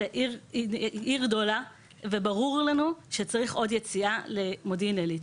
זו עיר גדולה וברור לנו שצריך עוד יציאה למודיעין עילית,